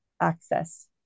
access